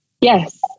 Yes